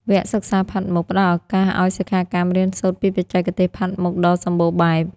វគ្គសិក្សាផាត់មុខ ផ្តល់ឱកាសឱ្យសិក្ខាកាមរៀនសូត្រពីបច្ចេកទេសផាត់មុខដ៏សម្បូរបែប។